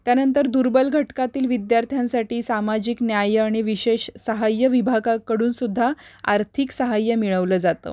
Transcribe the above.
त्यानंतर दुर्बल घटकातील विद्यार्थ्यांसाठी सामाजिक न्याय आणि विशेष सहाय्य विभागाकडूनसुद्धा आर्थिक सहाय्य मिळवलं जातं